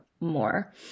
more